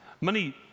Money